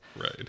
Right